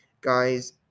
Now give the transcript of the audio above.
guys